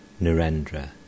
Narendra